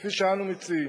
כפי שאנו מציעים.